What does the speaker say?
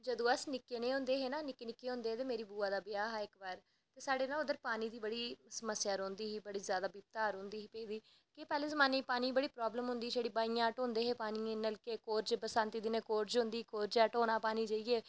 जदूं अस निक्के नेह् होंदे निक्के निक्के होंदे हे तां मेरी बुआ दा ब्याह् हा इक बारी ते साढ़े उद्धर ना पानी दी बड़ी स्मस्या रौह्दी ही बिपता गै रौंह्दी ही पेदी कि पैह्ले जमाने च पानी दी बड़ी प्रावलम होंदी ही पानियै दी छड़ा बाईं दा ढोंदे हे पानी कोरज बरसांतीं दे दिनैं कोरज होंदी ही कोरजा दा ढोना जाईयै पानी